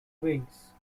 wings